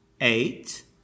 Eight